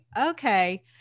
okay